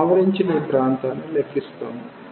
ఆవరించిన ఈ ప్రాంతాన్ని లెక్కిస్తాము